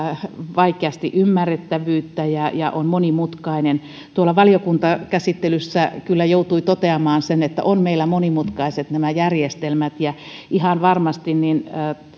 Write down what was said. vaikeasti ymmärrettävyyttä ja se on monimutkainen valiokuntakäsittelyssä kyllä joutui toteamaan sen että on meillä monimutkaiset nämä järjestelmät ja ihan varmasti